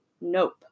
nope